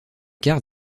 cars